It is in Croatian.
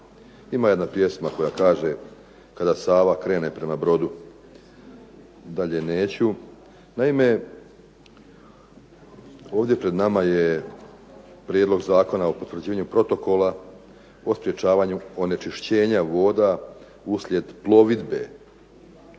Ima jedna pjesma koja kaže: "Kada Sava krene prema Brodu", dalje neću. Naime, ovdje pred nama je prijedlog Zakona o potvrđivanju protokola o sprječavanju onečišćenja voda uslijed plovidbe